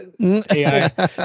AI